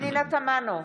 פנינה תמנו,